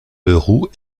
leroux